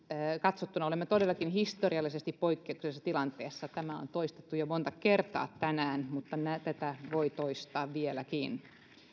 katsottuna olemme todellakin historiallisesti poikkeuksellisessa tilanteessa tämä on toistettu jo monta kertaa tänään mutta tätä voi toistaa vieläkin